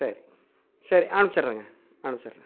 சரி சரி அமிசிடுறங்க அமிசிடுறன்